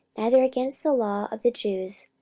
neither against the law of the jews,